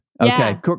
Okay